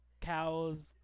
cows